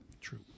True